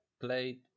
played